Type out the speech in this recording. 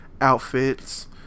outfits